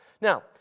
Now